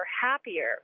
happier